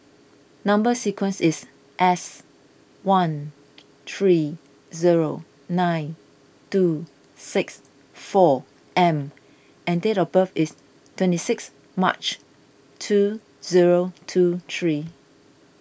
Number Sequence is S one three zero nine two six four M and date of birth is twenty sixth March two zero two three